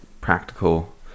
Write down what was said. practical